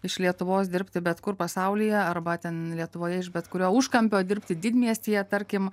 iš lietuvos dirbti bet kur pasaulyje arba ten lietuvoje iš bet kurio užkampio dirbti didmiestyje tarkim